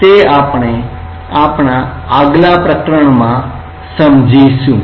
તે આપણે આપણા આગલા પ્રકરણમાં સમજીશું